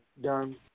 done